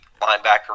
linebacker